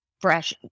fresh